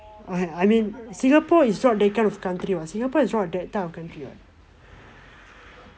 I mean singapore is not the kind of country [what] singapore is not that type of country [what]